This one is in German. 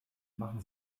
machen